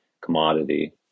commodity